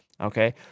okay